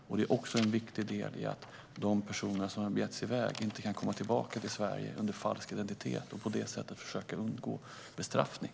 Det utgör även en viktig del i att de personer som har begett sig från Sverige inte kan komma tillbaka under falsk identitet och på så sätt försöka undgå bestraffning.